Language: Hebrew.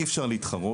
אי אפשר להתחרות.